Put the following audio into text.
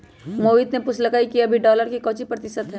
मोहित ने पूछल कई कि अभी डॉलर के काउची प्रतिशत है?